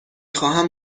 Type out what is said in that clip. خواهم